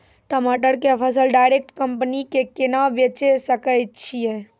टमाटर के फसल डायरेक्ट कंपनी के केना बेचे सकय छियै?